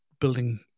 building